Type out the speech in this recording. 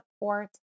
support